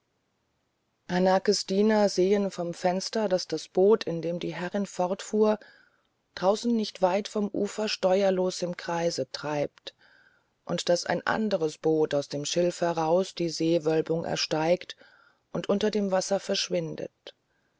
hanakes diener sehen vom fenster daß das boot in dem die herrin fortfuhr draußen nicht weit vom ufer steuerlos im kreise treibt und daß ein anderes boot aus dem schilf heraus die seewölbung ersteigt und hinter dem wasser verschwindet